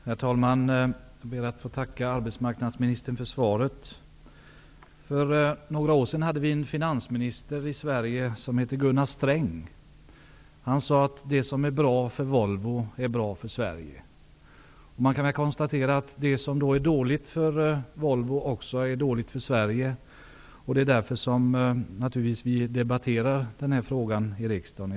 Herr talman! Jag ber att få tacka arbetsmarknadsministern för svaret. För några år sedan hade vi i Sverige en finansminister som hette Gunnar Sträng. Han sade att det som är bra för Volvo är bra för Sverige. Man kan då konstatera att det som är dåligt för Volvo också är dåligt för Sverige, och det är naturligtvis därför som vi i dag debatterar denna fråga i riksdagen.